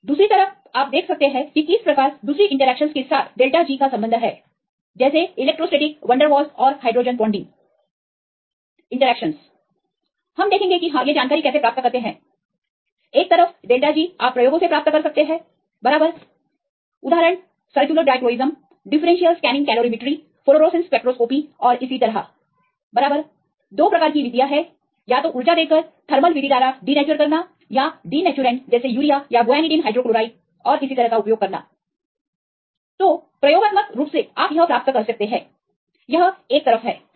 एक तरफ दूसरी तरफ आप देख सकते हैं कि किस प्रकार दूसरी इंटरेक्शनस के साथ△G का संबंध है जैसे इलेक्ट्रोस्टेटीक वंडरवॉल्स और हाइड्रोजन बॉन्डिंग इंटरेक्शनसelectrostaticvanderwaals and hydrogen bonding interactions हम देखेंगे कि हम यह जानकारी कैसे प्राप्त करते हैं एक तरफ △G आप प्रयोगों से प्राप्त कर सकते हैं बराबर उदाहरण circular dichroism differential scanning calorimetry fluorescence स्पेक्ट्रोस्कॉपीऔर इसी तरह बराबर दो प्रकार की विधियां है या तो उर्जा देकर थर्मल विधि द्वारा डीनेचउर करना या डीनेचउररेंट जैसे यूरिया या गुआनीडीन हाइड्रोक्लोराइड और इसी तरह का उपयोग करना तो प्रयोगात्मक रूप से आप यह प्राप्त कर सकते हैं यह एक तरफ है